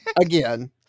again